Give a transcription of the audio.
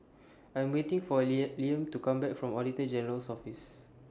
I'm waiting For Liam Liam to Come Back from Auditor General's Office